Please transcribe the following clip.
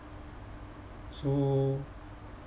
so